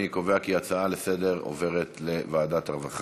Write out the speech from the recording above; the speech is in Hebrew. אני קובע כי ההצעות לסדר-היום עוברות לוועדת העבודה